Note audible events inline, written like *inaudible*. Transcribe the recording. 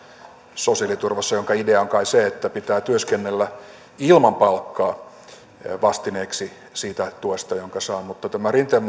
sosiaaliturvassa jonka idea on kai että pitää työskennellä ilman palkkaa vastineeksi siitä tuesta jonka saa mutta tämä rinteen *unintelligible*